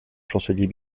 chancelier